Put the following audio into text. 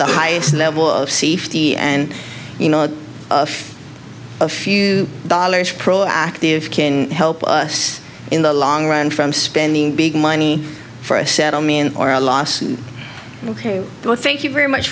the highest level of safety and you know of a few dollars proactive can help us in the long run from spending big money for a settlement or a loss ok thank you very much